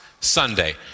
Sunday